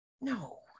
no